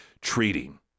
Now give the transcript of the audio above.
treating